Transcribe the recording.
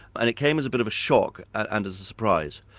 and it came as a bit of a shock and as a surprise.